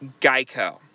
Geico